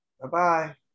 Bye-bye